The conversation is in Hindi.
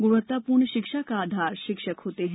गुणवत्ता पूर्ण शिक्षा का आधार शिक्षक होते है